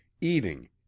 eating